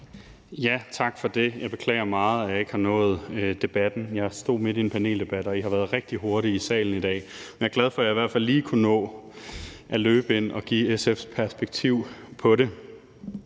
Tak for det. Jeg beklager meget, at jeg ikke har nået debatten; jeg stod midt i en paneldebat, og I har været rigtig hurtige i salen i dag. Men jeg er glad for, at jeg i hvert fald lige kunne nå at løbe ind og give SF's perspektiv på det.